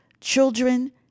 children